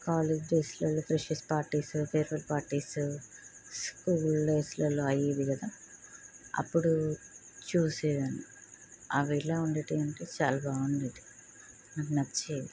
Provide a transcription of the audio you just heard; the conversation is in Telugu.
కాలేజ్ డేస్లలో freshers parties farewell parties school డేస్లలో అయ్యేది కదా అప్పుడు చూసేదాన్ని అవి ఎలా ఉండేవి అంటే చాలా బాగుండేవి నాకు నచ్చేవి